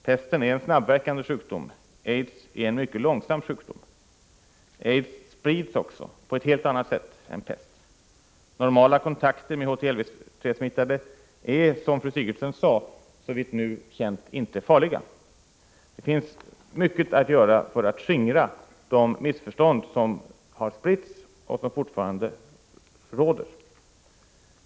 Pesten är en snabbverkande sjukdom, medan aids är en sjukdom som utvecklas mycket långsamt. Aids sprids också på ett helt annat sätt än pesten gör. Normala kontakter med HTLV-III-smittade är, som fru Sigurdsen sade, inte farliga såvitt nu är känt. Mycket återstår dock att göra när det gäller att skingra de missförstånd som har spritts och som fortfarande råder.